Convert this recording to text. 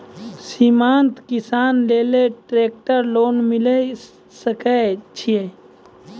सीमांत किसान लेल ट्रेक्टर लोन मिलै सकय छै?